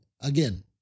again